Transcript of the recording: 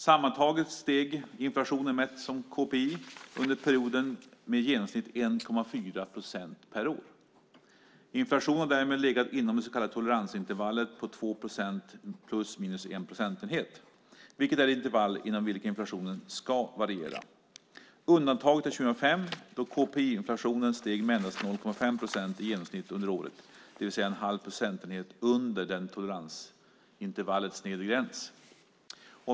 Sammantaget steg inflationen mätt som kpi under perioden med i genomsnitt 1,4 procent per år. Inflationen har därmed legat inom det så kallade toleransintervallet på 2 procent ± 1 procentenhet. Det är ett intervall inom vilket inflationen ska variera. Undantaget var 2005 då kpi-inflationen steg med endast 0,5 procent i genomsnitt under året, det vill säga 1⁄2 procentenhet under toleransintervallets nedre gräns.